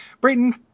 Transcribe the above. Brayton